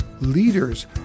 leaders